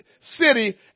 city